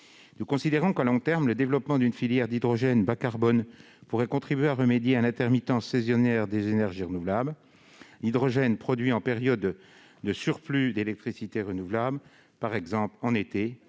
Nous considérons que, à long terme, le développement d'une filière d'hydrogène bas-carbone pourrait contribuer à remédier à l'intermittence saisonnière des énergies renouvelables. L'hydrogène produit en période de surplus d'électricité renouvelable, par exemple en été,